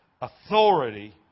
authority